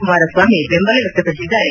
ಕುಮಾರಸ್ವಾಮಿ ಬೆಂಬಲ ವ್ಲಕ್ಷಪಡಿಸಿದ್ದಾರೆ